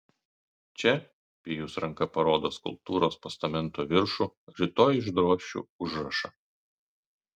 čia pijus ranka parodo skulptūros postamento viršų rytoj išdrošiu užrašą